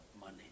money